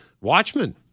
Watchmen